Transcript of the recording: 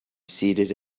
seated